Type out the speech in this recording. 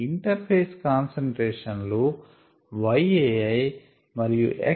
inter face concentration లు yAiand xAi కొలవడం కష్టం